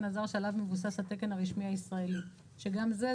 הזר שעליו מבוסס התקן הרשמי הישראלי" שגם זה,